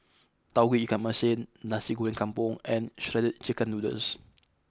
Tauge Ikan Masin Nasi Goreng Kampung and Shredded Chicken Noodles